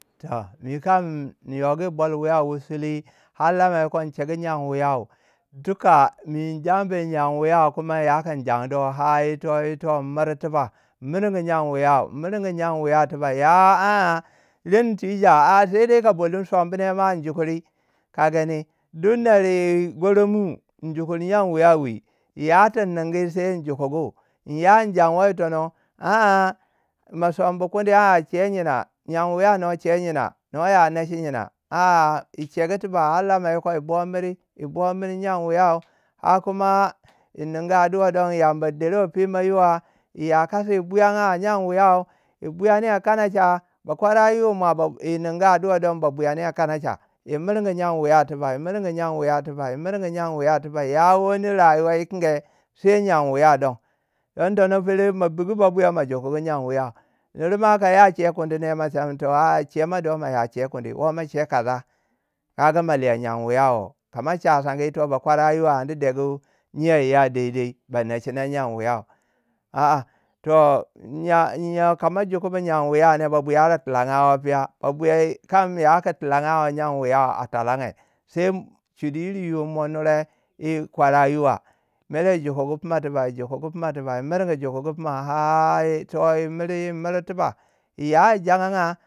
Toh mi kam yin yogi bol wiyu har lamayoko in chegu nyen wiyuu. Duka mi yin jambu yi nyen wuyau kuma yakun jandui har ito- ito yin miri tiba in miringi nyen we yan in miringi nyen wiyau tiba ya a- a reni ti cha sai dai ka bomi sombune ma in jokuri. ka gani. duk ner goromu yin jokir nyen wuyau wi. ya tin ningu sai yin jukugu. yin ya yin janwa yi tono, a- a ma sombu kundi. a- a chei yina. nyen wiya noi chei yina, no ya nechi yina a- a yi chegu tiba har lama yoko yi bo miri. yi bo miri nyen wiyau. a kuma yi ningu addua don. yamba derui pima yiwa, yi ya kasi yi buyanga nyen wuyau, yi buyaniya kanacha. bakwara yir mwa yi ningu addua don ba buyaniya kanacha. yi mirgi nyen wiya tiba yi mirgi nyen wiya tiba yi mirgi nyen wiyau tiba. ya wani rayuwa kinge. sai nyen wiyau don. don tono pere mo biku buya. mo jokugu nyen wuyau. nure ma ka ya chei kundi ne ma sai mun toh a chei mo do moya chei kundi. wo ma chei kaza. kaga ma lei nyen wuyau wo. ka ma chasan yito. bakwara yiwa ani degu nyen wu ya daidai ba nechina nyen wuyau. aa toh yo ka ma jokubu nyen wiyau. ba buya ar tilangawei piyau?chei kamyaku tilngawi nyen wiyau a talange sai chudi yiri mo me nure. yi kwara yiwa. mere yijokugu pima tiba yijokugu pima tiba. yi mirgu jokugu pima har yitoyi miri tiba. yiya yi jakanga.